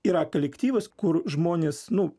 yra kolektyvas kur žmonės nu